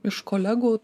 iš kolegų